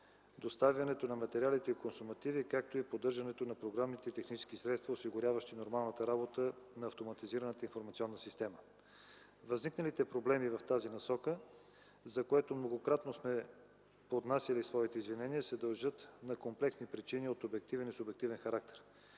доставянето на материали и консумативи, както и поддържането на програмните и технически средства, осигуряващи нормалната работа на автоматизираната информационна система. Възникналите проблеми в тази насока, за което многократно сме поднасяли своите извинения, се дължат на комплексни причини от обективен и субективен характер.